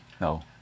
no